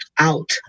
out